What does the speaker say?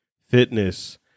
fitness